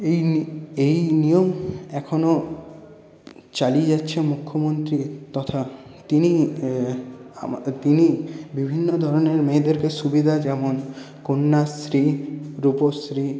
এই এই নিয়ম এখনও চালিয়ে যাচ্ছে মুখ্যমন্ত্রী তথা তিনি তিনি বিভিন্ন ধরণের মেয়েদেরকে সুবিধা যেমন কন্যাশ্রী রূপশ্রী